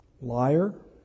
Liar